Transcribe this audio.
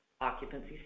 occupancy